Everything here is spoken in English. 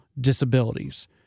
disabilities